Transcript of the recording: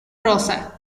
rosa